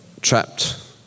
trapped